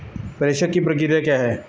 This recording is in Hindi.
प्रेषण की प्रक्रिया क्या है?